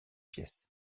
pièces